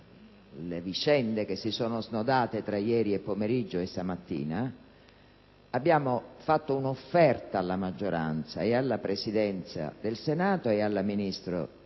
alle vicende che si sono snodate tra ieri pomeriggio e stamattina abbiamo fatto un'offerta alla maggioranza, alla Presidenza del Senato e al ministro